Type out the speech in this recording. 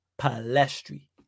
Palestri